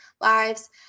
lives